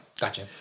Gotcha